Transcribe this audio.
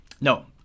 No